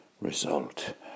Result